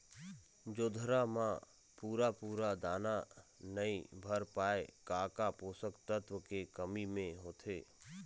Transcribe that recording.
जोंधरा म पूरा पूरा दाना नई भर पाए का का पोषक तत्व के कमी मे होथे?